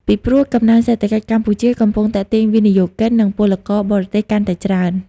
ពីព្រោះ កំណើនសេដ្ឋកិច្ចកម្ពុជាកំពុងទាក់ទាញវិនិយោគិន និងពលករបរទេសកាន់តែច្រើន។